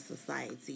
society